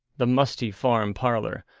the musty farm parlour,